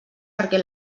perquè